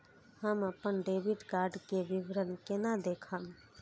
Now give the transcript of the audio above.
हम अपन debit card के विवरण केना देखब?